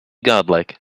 godlike